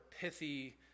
pithy